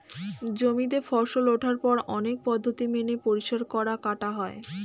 জমিতে ফসল ওঠার পর অনেক পদ্ধতি মেনে পরিষ্কার করা, কাটা হয়